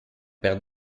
per